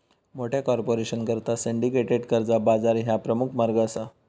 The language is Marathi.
मोठ्या कॉर्पोरेशनकरता सिंडिकेटेड कर्जा बाजार ह्या प्रमुख मार्ग असा